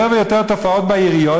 יותר ויותר תופעות בעיריות,